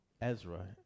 Ezra